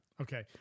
Okay